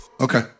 Okay